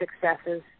successes